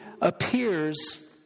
appears